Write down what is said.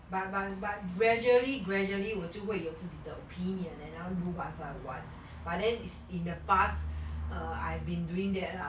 but but but gradually gradually 我就会有自己的 opinion and I want to do whatever I want but then if it's in the past err I've been doing that lah